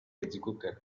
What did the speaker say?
executed